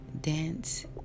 dance